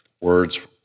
words